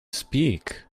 speak